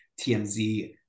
TMZ